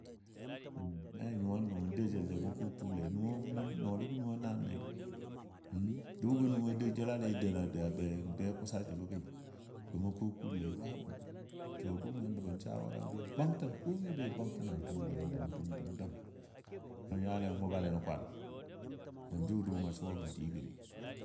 Na nyuwan gɔ mo dou jəlle mun kuu kuule nuwo nɔɔligɔ nuwo naanle m dʊʊgɔ nuwo dou jəlale n be kusa jəbɔgi gə mɔ kuu kuule babu. To dʊʊmɔ nə shawaragɔ be bɔ bwangtən komi be bwangtən dəng dəng dəng dəng ka yale yan mubale nən kwan, jʊ dʊʊmɔ suwa bən digəni.